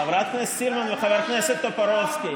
חברת הכנסת סילמן וחבר הכנסת טופורובסקי,